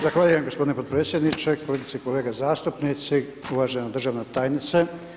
Zahvaljujem g. potpredsjedniče, kolegice i kolege zastupnici, uvažena državna tajnice.